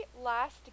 last